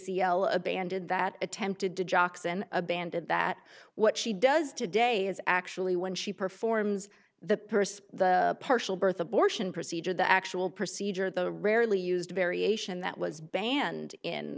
c l abandon that attempted to jock's and abandoned that what she does today is actually when she performs the purse the partial birth abortion procedure the actual procedure the rarely used variation that was banned in